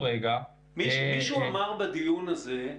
מישהו אמר בדיון הזה: